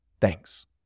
Thanks